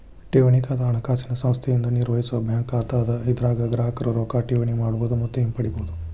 ಠೇವಣಿ ಖಾತಾ ಹಣಕಾಸಿನ ಸಂಸ್ಥೆಯಿಂದ ನಿರ್ವಹಿಸೋ ಬ್ಯಾಂಕ್ ಖಾತಾ ಅದ ಇದರಾಗ ಗ್ರಾಹಕರು ರೊಕ್ಕಾ ಠೇವಣಿ ಮಾಡಬಹುದು ಮತ್ತ ಹಿಂಪಡಿಬಹುದು